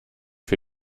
für